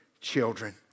children